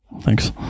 thanks